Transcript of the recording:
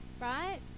right